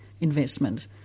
investment